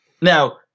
Now